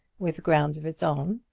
with grounds of its own,